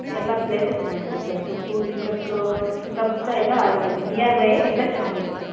ಎಲ್ಲ ಪ್ಲೇಸು ಚೆನ್ನಾಗಿರುತ್ತೆ sir Tumakuru district ಸುತ್ತಮುತ್ತ ಎಲ್ಲ ನಿಯರ್ ಬೈಯೇ ಎಲ್ಲ ಚೆನ್ನಾಗಿರುತ್ತೆ